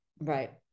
Right